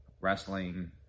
wrestling